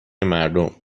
مردم